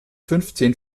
fünfzehn